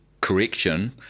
correction